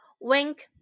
Wink